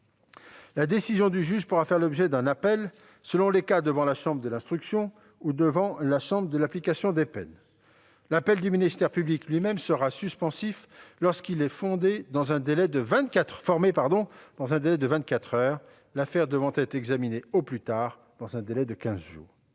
La décision du juge pourra faire l'objet d'un appel, selon les cas devant la chambre de l'instruction ou devant la chambre de l'application des peines. L'appel du ministère public lui-même sera suspensif lorsqu'il sera formé dans un délai de vingt-quatre heures, l'affaire devant être examinée au plus tard dans un délai de quinze jours.